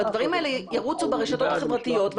והדברים האלה ירוצו ברשתות החברתיות,